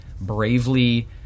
bravely